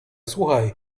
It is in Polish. słuchaj